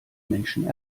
menschen